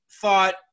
thought